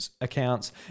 accounts